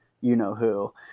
you-know-who